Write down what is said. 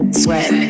sweat